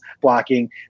blocking